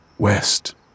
West